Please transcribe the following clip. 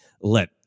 let